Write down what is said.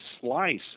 slice